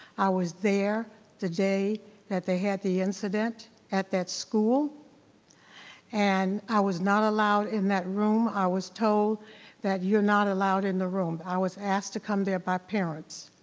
i was there the day that they had the incident at that school and i was not allowed in that room. i was told that you're not allowed in the room. i was asked to come there by parents.